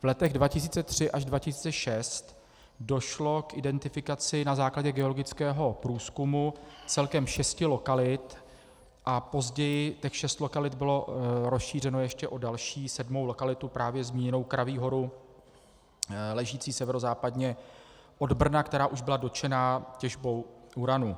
V letech 20036 došlo k identifikaci na základě geologického průzkumu celkem šesti lokalit a později těch šest lokalit bylo rozšířeno ještě o další, sedmou lokalitu, právě zmíněnou Kraví horu ležící severozápadně od Brna, která už byla dotčena těžbou uranu.